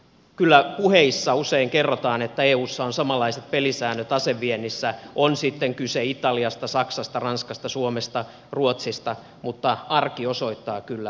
kyllä puheissa usein kerrotaan että eussa on samanlaiset pelisäännöt aseviennissä on sitten kyse italiasta saksasta ranskasta suomesta ruotsista mutta arki osoittaa kyllä aivan toista